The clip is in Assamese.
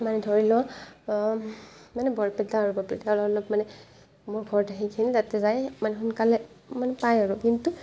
মানে ধৰি লোৱা মানে বৰপেটা আৰু বৰপেটাৰ অলপ মানে মোৰ ঘৰত আহি কিনি তাতে যাই মানে সোনকালে মানে পায় আৰু কিন্তু